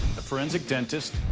the forensic dentist,